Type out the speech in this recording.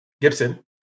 Gibson